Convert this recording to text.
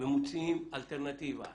ומוצאים אלטרנטיבה.